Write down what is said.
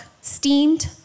steamed